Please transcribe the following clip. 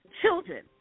children